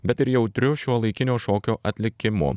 bet ir jautriu šiuolaikinio šokio atlikimu